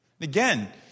Again